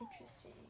Interesting